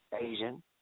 Asian